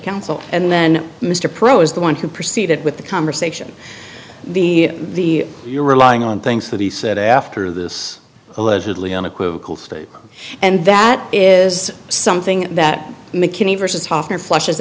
counsel and then mr pro is the one who proceeded with the conversation the you're relying on things that he said after this allegedly unequivocal state and that is something that mckinney versus hofner flushes